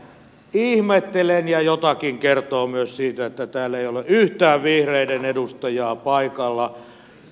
ihmettelen ja jotakin kertoo myös se että täällä ei ole yhtään vihreiden edustajaa paikalla